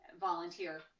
volunteer